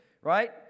right